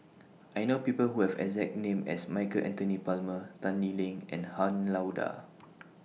I know People Who Have exact name as Michael Anthony Palmer Tan Lee Leng and Han Lao DA